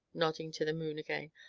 nodding to the moon again.